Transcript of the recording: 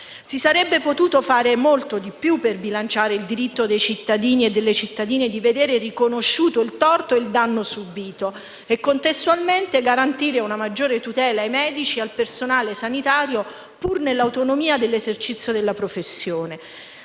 Si sarebbe potuto fare molto di più per bilanciare il diritto dei cittadini e delle cittadine di vedere riconosciuto il torto e il danno subito e, contestualmente, garantire una maggiore tutela ai medici e al personale sanitario, pur nell'autonomia dell'esercizio della professione.